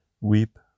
Weep